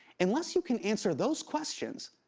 unless you can answer those questions,